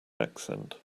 accent